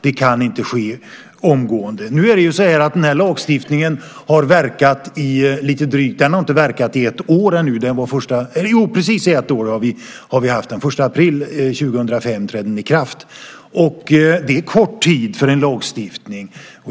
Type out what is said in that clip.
Det kan inte ske omgående. Den här lagstiftningen har verkat i precis ett år. Den 1 april 2005 trädde den i kraft. Det är kort tid för en lagstiftning.